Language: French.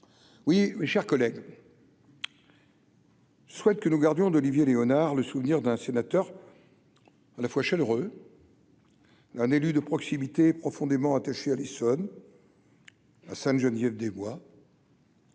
oui, mes chers collègues. Je souhaite que nous gardions d'Olivier Léonard le souvenir d'un sénateur à la fois chaleureux, un élu de proximité, profondément attachés à l'Essonne Sainte-Geneviève-des-Bois.